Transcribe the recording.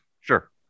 Sure